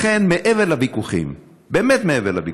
לכן, מעבר לוויכוחים, באמת מעבר לוויכוחים,